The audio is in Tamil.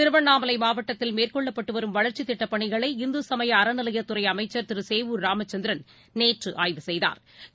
திருவண்ணாமலைமாவட்டத்தில் மேற்கொளளப்பட்டுவரும் வளர்ச்சித் திட்டப் பணிகளை இந்துசமயஅறநிலையத் துறைஅமைச்சா் திருசேவூர் ராமச்சந்திரன் நேற்றுஆய்வு செய்தாா்